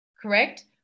correct